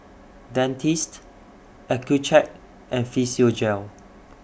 Dentiste Accucheck and Physiogel